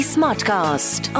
Smartcast